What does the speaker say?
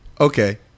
okay